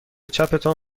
چپتان